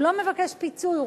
והוא לא מבקש פיצוי,